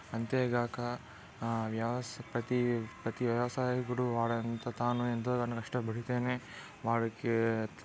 అంతేగాక వ్యవస ప్రతి ప్రతి వ్యవసాయకుడు వారంత తాను ఎంతో కష్టపడితేనే వారికి